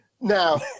Now